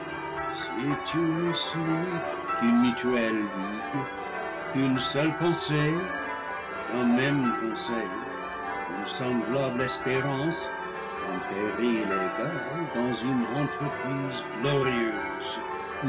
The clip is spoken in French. celui qu'une mu tuelle ligue qu'une seule pensée qu'un même conseil qu'une semblable espérance qu'un péril égal dans une entreprise glorieuse